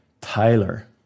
Tyler